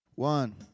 One